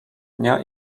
dnia